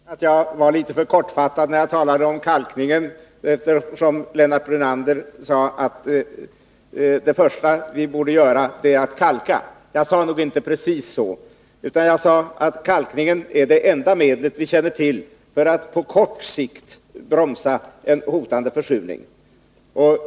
Herr talman! Det kan tänkas att jag var litet för kortfattad när jag talade om kalkning, eftersom Lennart Brunander sade att jag anfört att det första vi borde göra är att kalka. Jag sade inte precis så utan att kalkning är det enda medel vi känner till för att på kort sikt bromsa en hotande försurning.